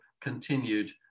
continued